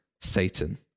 Satan